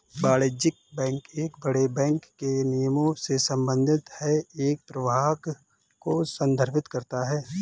वाणिज्यिक बैंक एक बड़े बैंक के निगमों से संबंधित है एक प्रभाग को संदर्भित करता है